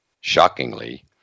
shockingly